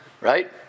right